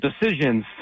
decisions